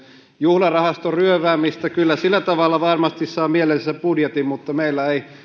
juhlarahaston ryöväämistä kyllä sillä tavalla varmasti saa mieleisensä budjetin mutta meillä ei